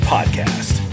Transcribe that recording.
Podcast